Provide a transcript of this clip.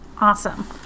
Awesome